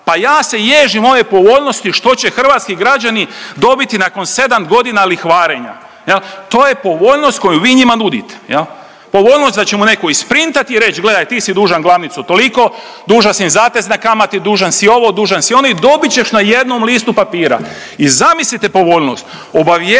Pa ja se ježim ove povoljnosti što će hrvatski građani dobiti nakon sedam godina lihvarenja. To je povoljnost koju vi njima nudite, povoljnost da će mu neko isprintat i reć gledaj ti si dužan glavnicu toliko, dužan si zatezne kamate, dužan si ovo, dužan si ono i dobit ćeš na jednom listu papira. Zamislite povoljnost, obavijestit